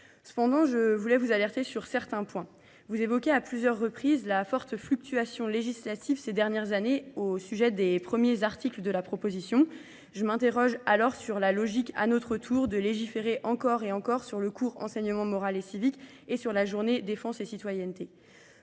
Cependant, je voulais vous alerter sur certains points. Vous évoquez à plusieurs reprises la forte fluctuation législative ces dernières années au sujet des premiers articles de la proposition. Je m'interroge alors sur la logique à notre tour de légiférer encore et encore sur le cours enseignement moral et civique et sur la journée défense et citoyenneté.